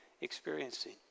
experiencing